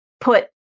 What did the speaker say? put